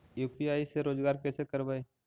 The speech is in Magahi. यु.पी.आई से रोजगार कैसे करबय?